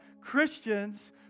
Christians